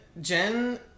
Jen